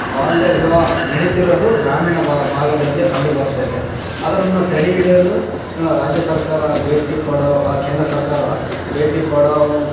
ಬಾಲ್ಯ ವಿವಾಹ ನಡಿತಿರೋದು ಗ್ರಾಮೀಣ ಭಾಗದಲ್ಲಿ ಕಂಡು ಬರ್ತಾಯಿದೆ ಅದನ್ನು ತಡೆ ಹಿಡಿಯಲು ರಾಜ್ಯ ಸರ್ಕಾರ ಭೇಟಿ ಪಡೊ ಆ ಕೇಂದ್ರ ಸರ್ಕಾರ ಭೇಟಿ ಪಡೋವ್